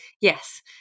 Yes